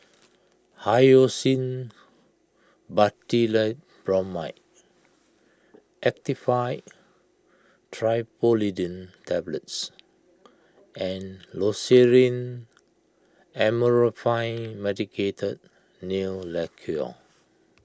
Hyoscine Butylbromide Actifed Triprolidine Tablets and Loceryl Amorolfine Medicated Nail Lacquer